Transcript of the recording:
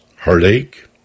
heartache